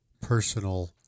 personal